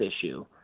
issue